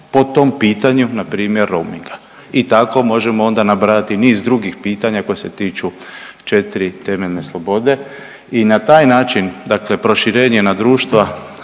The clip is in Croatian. po tom pitanju, npr. roamiga i tako možemo onda nabrajati niz drugih pitanja koje se tiču 4 temeljne slobode i na taj način dakle, proširenje na društva